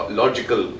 logical